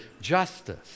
justice